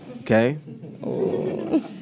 Okay